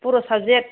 Bodo subject